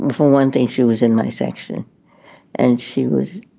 and for one thing, she was in my section and she was